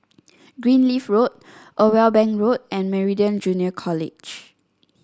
Greenleaf Road Irwell Bank Road and Meridian Junior College